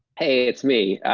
hey, it's me.